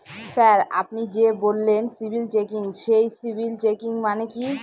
Sir আপনি যে বললেন সিবিল চেকিং সেই সিবিল চেকিং মানে কি?